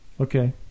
okay